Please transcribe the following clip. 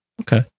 Okay